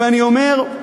ואני אומר,